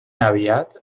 aviat